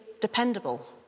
dependable